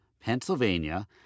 Pennsylvania